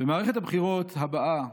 "במערכת הבחירות הבאה,